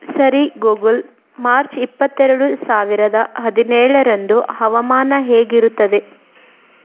ಸರಿ Google March ಇಪ್ಪತ್ತೆರಡು ಸಾವಿರದ ಹದಿನೇಳರಂದು ಹವಾಮಾನ ಹೇಗಿರುತ್ತದೆ